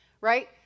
Right